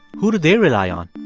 who do they rely on?